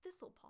Thistlepaw